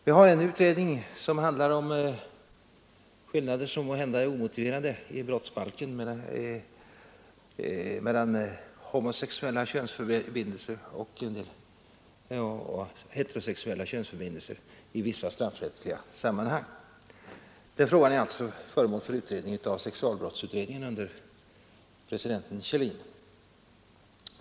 Vi har en utredning som handlar om skillnader som måhända är omotiverade i brottsbalken mellan homosexuella könsförbindelser och heterosexuella könsförbindelser i vissa statsrättsliga sammanhang. Den frågan är alltså föremål för utredning av sexualbrottsutredningen under ordförandeskap av hovrättspresidenten Kjellin.